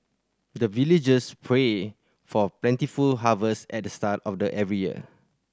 the villagers pray for plentiful harvest at the start of every year